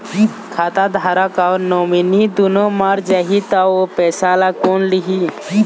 खाता धारक अऊ नोमिनि दुनों मर जाही ता ओ पैसा ला कोन लिही?